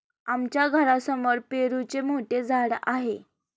आमच्या घरासमोर पेरूचे मोठे झाड आहे